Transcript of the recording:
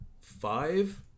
five